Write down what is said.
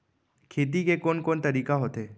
खेती के कोन कोन तरीका होथे?